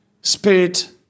spirit